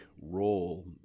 role